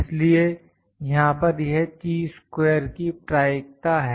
इसलिए यहां पर यह ची स्क्वेर की प्रोबेबिलिटी है